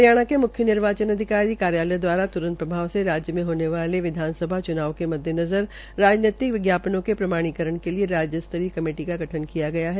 हरियाणा के मुख्य निर्वाचन अधिकारी कार्यालय द्वारात्रंत प्रभाव से राज्य में होने वाले विधानसभा च्नाव के मद्देनज़र राजनैतिक विज्ञापनों के प्रभावीकरण के राज्य स्तरीय कमेटी का गठन किया गया है